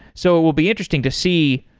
so it will be interesting to see